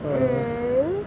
and